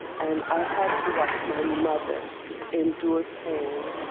and i had to watch my mother endure pain.